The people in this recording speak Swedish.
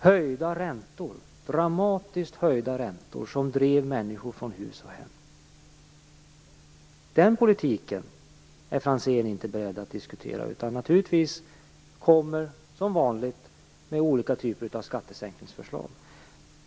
Det ledde till dramatiskt höjda räntor som drev människor från hus och hem. Den politiken är Franzén inte beredd att diskutera. Han kommer i stället som vanligt med olika typer av skattesänkningsförslag.